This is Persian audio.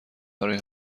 برای